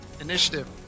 initiative